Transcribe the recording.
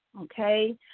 okay